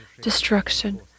destruction